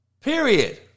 Period